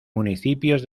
municipios